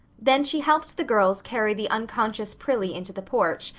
then she helped the girls carry the unconscious prillie into the porch,